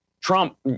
Trump